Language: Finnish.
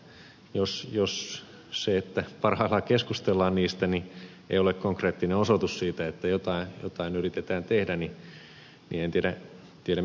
jos se että parhaillaan keskustellaan niistä ei ole konkreettinen osoitus siitä että jotain yritetään tehdä niin en tiedä mikä sitten